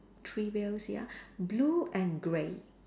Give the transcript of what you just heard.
three wheels ya blue and grey